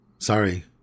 Sorry